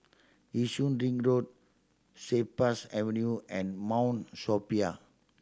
Yishun Ring Road Cypress Avenue and Mount Sophia